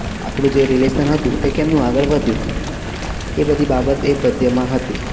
આપણું જે રિલેશન હતું તે કેમનું આગળ વધ્યું એ બધી બાબત એ પદ્યમાં હતી